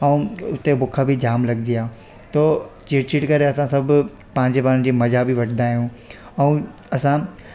ऐं उते बुख बि जाम लॻंदी आहे तो चिड़ चिड़ करे असां सभु पंहिंजे पाण जी मज़ा बि वठंदा आहियूं ऐं असां